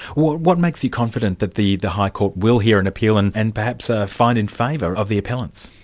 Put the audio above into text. what what makes you confident that the the high court will hear an appeal, and and perhaps ah find in favour of the appellants?